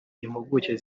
impuguke